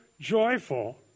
joyful